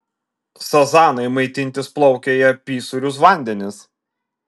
sazanai maitintis plaukia į apysūrius vandenis